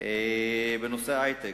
בנושא ההיי-טק,